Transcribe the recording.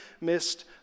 missed